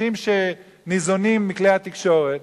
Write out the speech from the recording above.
אנשים שניזונים מכלי התקשורת,